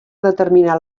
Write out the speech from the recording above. determinar